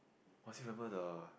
I still remember the